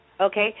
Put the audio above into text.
Okay